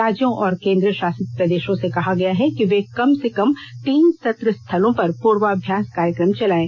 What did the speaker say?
राज्यों और केंद्र शासित प्रदेशों से कहा गया है कि वे कम से कम तीन सत्र स्थलों पर पूर्वाभ्यास कार्यक्रम चलाएं